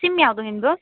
sim ಯಾವುದು ನಿಮ್ಮದು